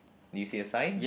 do you see a sign